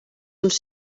uns